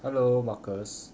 hello marcus